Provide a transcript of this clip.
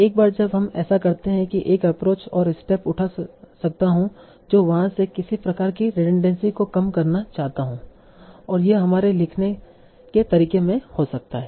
एक बार जब हम ऐसा करते हैं कि एक एप्रोच और स्टेप उठा सकता हु जो वहां से किसी प्रकार की रिडनड़ेंसी को कम करना चाहता हूं और यह हमारे लिखने के तरीके में हो सकता है